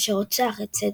אשר רוצח את סדריק.